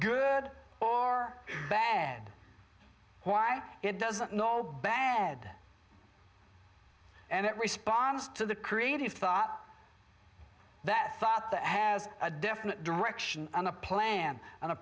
good or bad why it doesn't know bad and it responds to the creative thought that thought that has a definite direction and a plan and a